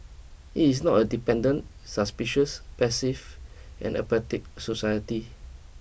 it is not a dependent suspicious passive and apathetic society